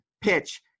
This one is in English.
PITCH